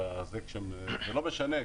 וזה לא משנה,